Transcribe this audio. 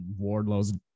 Wardlow's